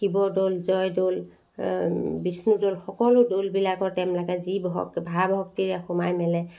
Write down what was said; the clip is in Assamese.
শিৱদ'ল জয়দ'ল বিষ্ণুদ'ল সকলো দ'লবিলাকৰ তেওঁলোকে যি ভাৱ শক্তিৰে সোমায় মেলে